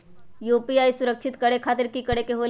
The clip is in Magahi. यू.पी.आई सुरक्षित करे खातिर कि करे के होलि?